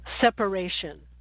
separation